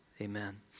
amen